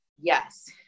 Yes